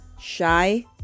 shy